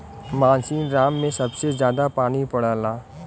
मासिनराम में सबसे जादा पानी पड़ला